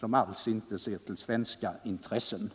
som alls inte ser till svenska intressen.